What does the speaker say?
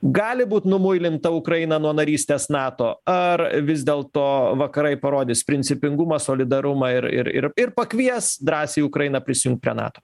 gali būt numuilinta ukraina nuo narystės nato ar vis dėlto vakarai parodys principingumą solidarumą ir ir ir ir pakvies drąsiai ukrainą prisijungt prie nato